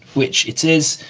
which it is.